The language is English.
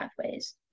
pathways